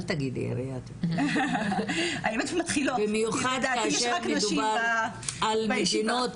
אל תגידי "ירית", במיוחד כאשר מדובר על מדינות